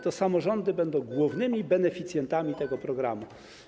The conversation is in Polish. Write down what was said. To samorządy będą głównymi beneficjentami tego programu.